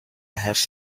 have